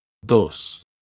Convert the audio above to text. Dos